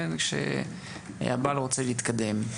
כשהבעל רוצה להתקדם,